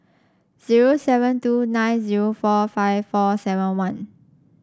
zero seven two nine zero four five four seven one